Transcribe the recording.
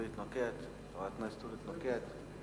חברת הכנסת אורית נוקד,